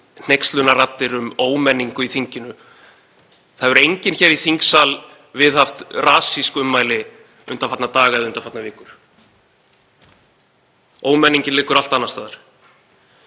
hneykslunarraddir um ómenningu í þinginu. Það hefur enginn hér í þingsal viðhaft rasísk ummæli undanfarna daga eða undanfarnar vikur. Ómenningin liggur allt annars staðar.